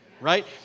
Right